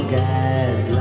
guys